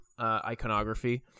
iconography